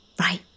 right